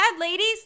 ladies